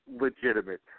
legitimate